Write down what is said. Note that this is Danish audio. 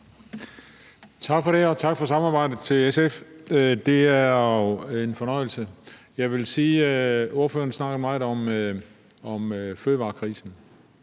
Tak for det, og tak til SF for samarbejdet. Det er jo en fornøjelse. Jeg vil sige, at ordføreren snakker meget om fødevarekrisen